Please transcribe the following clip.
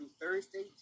Thursday